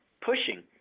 pushing